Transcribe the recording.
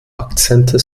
akzente